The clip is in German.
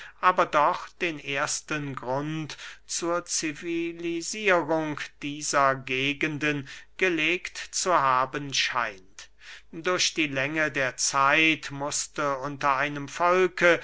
aber doch den ersten grund zur civilisierung dieser gegenden gelegt zu haben scheint durch die länge der zeit mußte unter einem volke